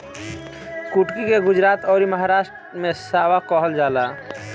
कुटकी के गुजरात अउरी महाराष्ट्र में सांवा कहल जाला